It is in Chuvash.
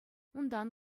унтан